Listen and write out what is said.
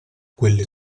quelle